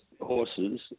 horses